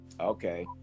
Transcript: Okay